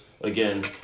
Again